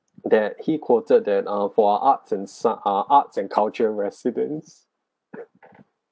that he quoted that ah for a arts and sa~ ah arts and culture residents